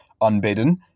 unbidden